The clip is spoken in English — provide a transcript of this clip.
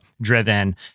driven